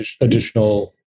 additional